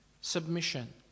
Submission